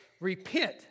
repent